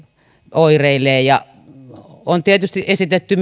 oireilee on tietysti esitetty